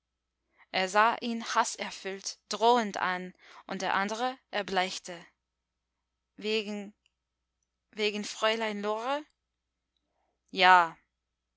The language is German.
er sah ihn haßerfüllt drohend an und der andre erbleichte wegen wegen fräulein lore ja